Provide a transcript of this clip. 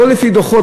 לא לפי דוחות,